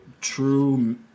true